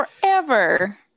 forever